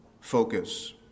focus